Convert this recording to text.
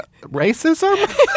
racism